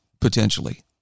potentially